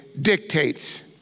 dictates